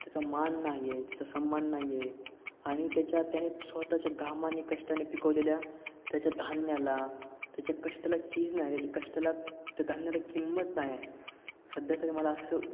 त्याचा मान नाही आहे त्याचा सम्मान नाही आहे आणि त्याच्या त्याने स्वतःच्या घामाने कष्टाने पिकवलेल्या त्याच्या धान्याला त्याच्या कष्टाला चीज नाही त्याच्या कष्टाला त्या धान्याला किंमत नाही आहे सध्यातरी मला असं